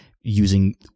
using